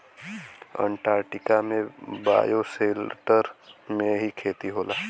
Antarctica में bioshelter में ही खेती होला